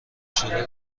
شده